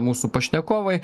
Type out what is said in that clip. mūsų pašnekovai